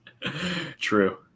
True